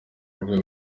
rwego